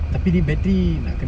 tapi ni bateri nak kena standby ah